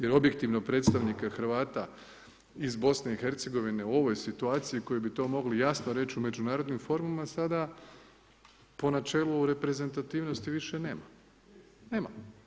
Jer objektivno predstavnika Hrvata iz BIH, u ovoj situaciji, koju bi to mogli jasno reći, u međunarodnim formama, sada, po načelu reprezentativnosti više nema, nema.